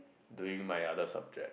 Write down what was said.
doing my other subject